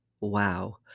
wow